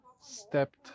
stepped